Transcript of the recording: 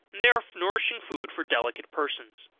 they are nourishing food for delicate persons.